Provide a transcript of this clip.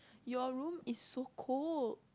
your room is so cold